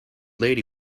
lady